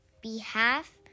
behalf